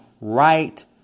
right